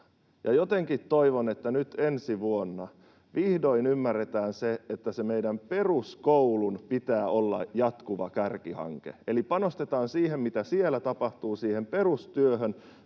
ja jotenkin toivon, että nyt ensi vuonna vihdoin ymmärretään se, että sen meidän peruskoulun pitää olla jatkuva kärkihanke. Eli panostetaan siihen, mitä siellä tapahtuu, siihen perustyöhön,